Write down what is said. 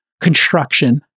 construction